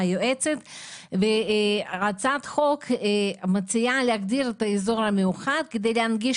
יועצת והצעת החוק מציעה להגדיר אותה כאזור מיוחד על מנת להנגיש